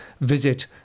Visit